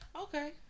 Okay